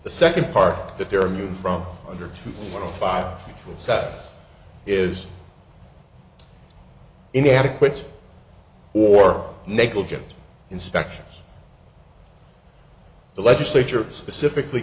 the second part that their move from under to five sas is inadequate or negligent inspections the legislature specifically